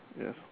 Yes